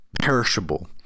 perishable